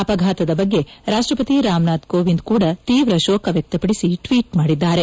ಅಪಘಾತದ ಬಗ್ಗೆ ರಾಷ್ಷಪತಿ ರಾಮನಾಥ್ ಕೋವಿಂದ್ ಕೂಡ ತೀವ್ರ ಶೋಕ ವ್ಲಕ್ಷಪಡಿಸಿ ಟ್ವೀಟ್ ಮಾಡಿದ್ದಾರೆ